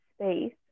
space